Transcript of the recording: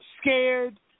scared